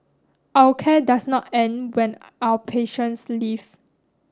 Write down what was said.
our care does not end when our patients leave